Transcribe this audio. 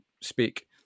speak